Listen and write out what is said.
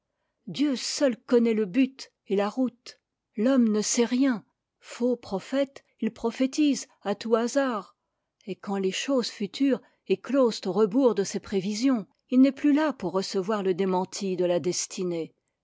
dieu seul connaît le but et la route l'homme ne sait rien faux prophète il prophétise à tout hasard et quand les choses futures éclosent au rebours de ses prévisions il n'est plus là pour recevoir le démenti de la destinée